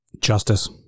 Justice